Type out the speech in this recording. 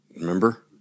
Remember